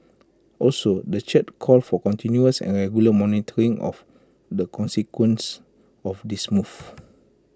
also the church called for continuous and regular monitoring of the consequences of this move